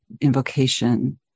Invocation